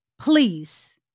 please